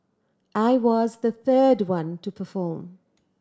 I was the third one to perform